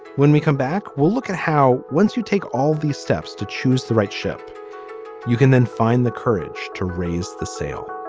when we come back we'll look at how once you take all these steps to choose the right ship you can then find the courage to raise the sail